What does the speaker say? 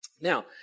now